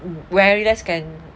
when I realise can